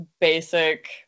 basic